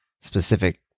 specific